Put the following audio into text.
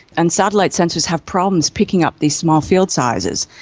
and satellite sensors have problems picking up these small field sizes.